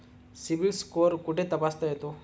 CIBIL score कुठे तपासता येतो?